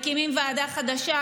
מקימים ועדה חדשה,